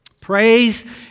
Praise